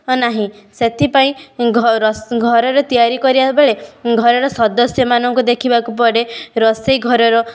ନାହିଁ ସେଥିପାଇଁ ଘର ଘରରେ ତିଆରି କରିବା ବେଳେ ଘରର ସଦସ୍ୟମାନଙ୍କୁ ଦେଖିବାକୁ ପଡ଼େ ରୋଷେଇ ଘରର